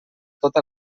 tota